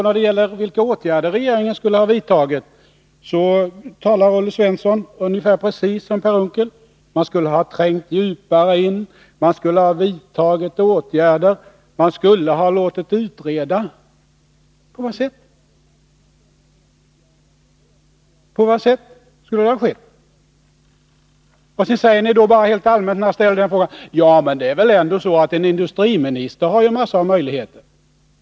När det gäller vilka åtgärder som regeringen skulle ha vidtagit säger Olle Svensson, precis som Per Unckel, att regeringen skulle ha trängt djupare in i ärendet, vidtagit åtgärder och låtit utreda frågan. På vad sätt skulle det ha skett? När jag ställer den frågan, säger ni bara helt allmänt: En industriminister har väl en massa möjligheter!